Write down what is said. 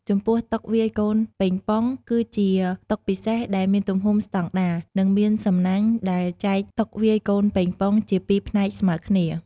ចំពោះ តុវាយកូនប៉េងប៉ុង គឺជាតុពិសេសដែលមានទំហំស្តង់ដារ និងមានសំណាញ់ដែលចែកតុវាយកូនប៉េងប៉ុងជាពីផ្នែកស្មើគ្នា។